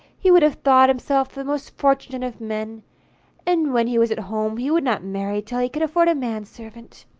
he would have thought himself the most fortunate of men and when he was at home, he would not marry till he could afford a man-servant.